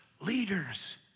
leaders